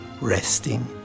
resting